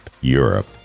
Europe